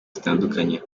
zitandukanye